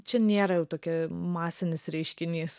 čia nėra jau tokia masinis reiškinys